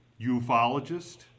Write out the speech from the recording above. ufologist